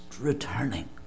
returning